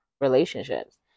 relationships